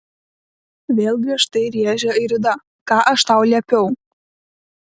vėl griežtai rėžė airida ką aš tau liepiau